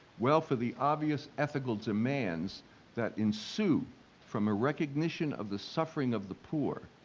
well, for the obvious ethical demands that ensue from a recognition of the suffering of the poor,